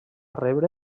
rebre